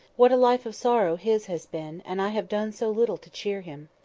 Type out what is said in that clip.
what a life of sorrow his has been, and i have done so little to cheer him!